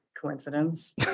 coincidence